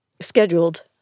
scheduled